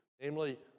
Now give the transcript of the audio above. Namely